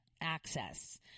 access